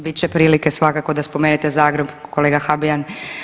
Bit će prilike svakako da spomenete Zagreb kolega Habijan.